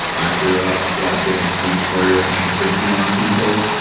i grew up watching steve spurrier hang fifty on people.